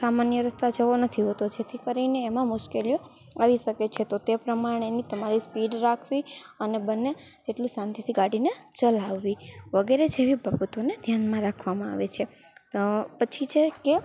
સામાન્ય રસ્તા જેવો નથી હોતો જેથી કરીને એમાં મુશ્કેલીઓ આવી શકે છે તો તે પ્રમાણેની તમારી સ્પીડ રાખવી અને બને તેટલું શાંતિથી ગાડીને ચલાવવી વગેરે જેવી બાબતોને ધ્યાનમાં રાખવામાં આવે છે પછી છે કે